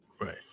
Right